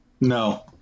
No